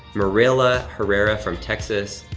marilla herrera from texas,